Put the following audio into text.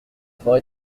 faut